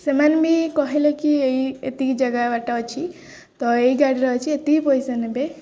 ସେମାନେ ବି କହିଲେ କି ଏଇ ଏତିକି ଜାଗା ବାଟ ଅଛି ତ ଏଇ ଗାଡ଼ିର ଅଛି ଏତିକି ପଇସା ନେବେ